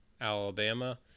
Alabama